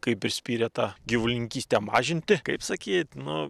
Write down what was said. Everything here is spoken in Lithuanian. kai prispyrė tą gyvulininkystę mažinti kaip sakyt nu